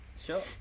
Sure